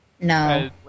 No